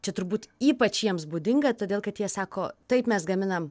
čia turbūt ypač jiems būdinga todėl kad jie sako taip mes gaminam